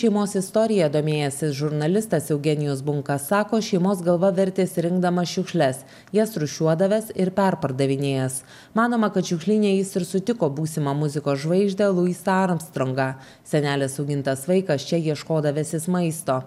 šeimos istorija domėjęsis žurnalistas eugenijus bunka sako šeimos galva vertėsi rinkdamas šiukšles jas rūšiuodavęs ir perpardavinėjęs manoma kad šiukšlyne jis ir sutiko būsimą muzikos žvaigždę luisą armstrongą senelės augintas vaikas čia ieškodavęsis maisto